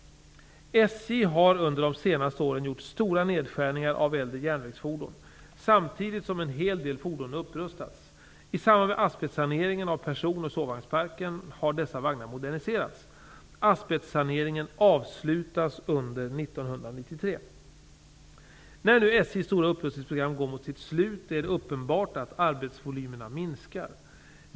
SJ har under de senaste åren gjort stora nedskärningar av äldre järnvägsfordon samtidigt som en hel del fordon upprustats. I samband med asbestsaneringen av personoch sovvagnsparken har dessa vagnar moderniserats. Asbestsaneringen avslutas under 1993. När nu SJ:s stora upprustningsprogram går mot sitt slut är den uppenbart att arbetsvolymerna minskar.